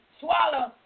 swallow